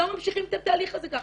לא ממשיכים את התהליך הזה ככה.